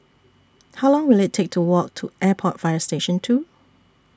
How Long Will IT Take to Walk to Airport Fire Station two